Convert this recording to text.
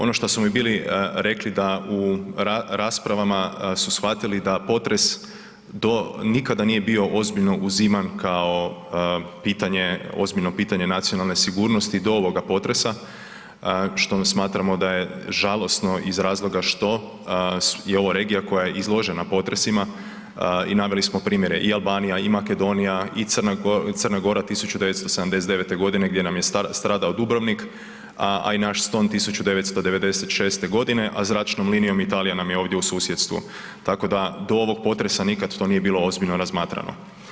Ono šta su mi bili rekli da u raspravama su shvatili da potres do, nikada nije bio ozbiljno uziman kao pitanje, ozbiljno pitanje nacionalne sigurnosti do ovoga potresa, što smatramo da je žalosno iz razloga što je ovo regija koja je izložena potresima i naveli smo primjere i Albanija i Makedonija i Crna Gora 1979. godine gdje nam stradao Dubrovnik, a i naš Ston 1996. godine, a zračnom linijom Italija nam je ovdje u susjedstvu, tako da do ovog potresa nikad to nije bilo ozbiljno razmatrano.